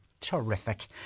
terrific